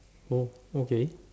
oh okay